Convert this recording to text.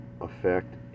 effect